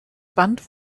band